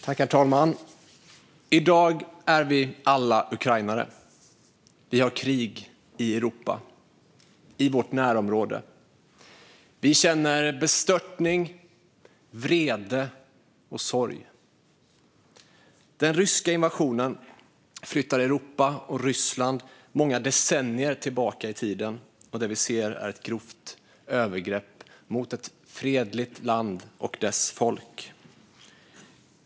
Herr talman! I dag är vi alla ukrainare. Vi har krig i Europa, i vårt närområde. Vi känner bestörtning, vrede och sorg. Den ryska invasionen flyttar Europa och Ryssland många decennier tillbaka i tiden, och det vi ser är ett grovt övergrepp mot ett fredligt land och dess folk.